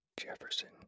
Jefferson